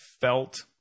felt